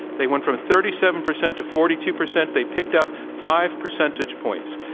they went from thirty seven percent to forty two percent. they picked up five percentage points.